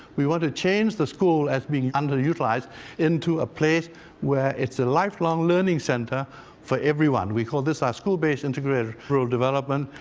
we want to change the school as being underutilized into a place where it's a lifelong learning center for everyone. we call this our school-based integrated rural development.